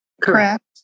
Correct